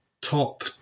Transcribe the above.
top